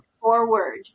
forward